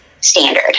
standard